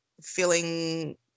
feeling